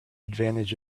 advantage